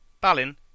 Balin